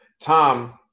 Tom